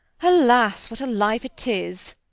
alas! what a life it is!